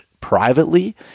privately